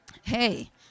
Hey